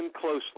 closely